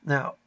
Now